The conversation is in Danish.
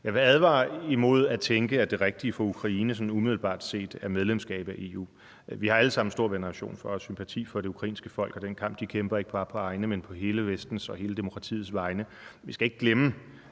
Jeg vil advare imod at tænke, at det rigtige for Ukraine sådan umiddelbart set er medlemskab af EU. Vi har alle sammen stor veneration og sympati for det ukrainske folk og den kamp, de kæmper, ikke bare på egne, men på hele Vestens og hele demokratiets vegne. Vi skal ikke glemme,